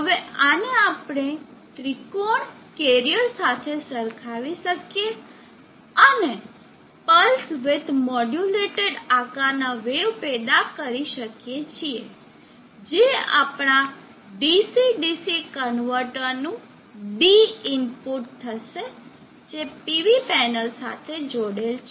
હવે આને આપણે ત્રિકોણ કેરીઅર સાથે સરખાવી શકીએ અને પ્લસ વિડ્થ મોડ્યુલેટેડ આકારના વેવ પેદા કરી શકીએ છીએ જે આપણા DC DC કન્વર્ટર નું d ઇનપુટ થશે જે PV પેનલ સાથે જોડેલ છે